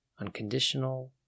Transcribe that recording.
unconditional